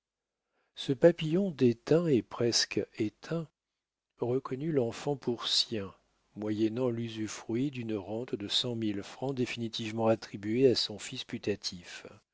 ce papillon déteint et presque éteint reconnut l'enfant pour sien moyennant l'usufruit d'une rente de cent mille francs définitivement attribuée à son fils putatif